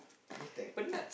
protect